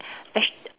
veg~